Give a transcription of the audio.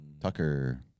Tucker